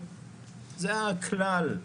זה הכלל.